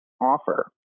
offer